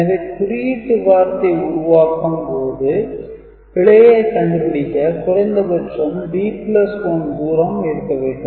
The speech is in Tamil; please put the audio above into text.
எனவே குறியீட்டு வார்த்தை உருவாக்கம் போது பிழையை கண்டுபிடிக்க குறைந்தபட்சம் b1 தூரம் இருக்க வேண்டும்